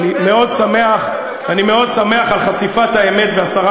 אני מאוד שמח על חשיפת האמת והסרת